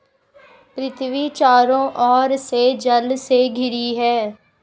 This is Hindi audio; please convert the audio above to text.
पृथ्वी चारों ओर से जल से घिरी है